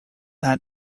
that